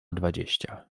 dwadzieścia